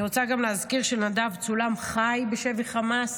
אני רוצה גם להזכיר שנדב צולם חי בשבי חמאס,